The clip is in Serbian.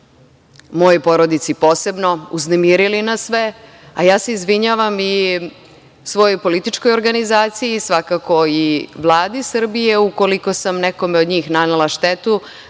mojoj porodici posebno. Uznemirili su nas sve i ja se izvinjavam i svojoj političkoj organizaciji, svakako i Vladi Srbije ukoliko sam nekome od njih nanela